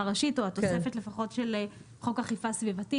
ראשית או התוספת לפחות של חוק אכיפה סביבתית.